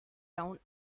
down